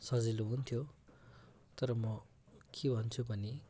सजिलो हुन्थ्यो तर म के भन्छु भने